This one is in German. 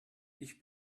ich